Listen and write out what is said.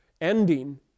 ending